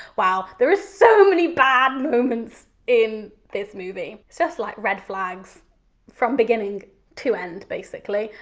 well, there is so many bad moments in this movie. just like red flags from beginning to end basically,